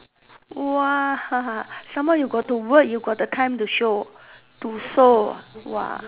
!whoa! some more you got to work you got the time to show to sew !whoa!